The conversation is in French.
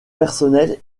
personnel